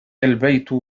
البيت